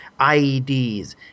ieds